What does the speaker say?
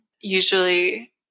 usually